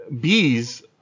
bees